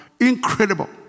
incredible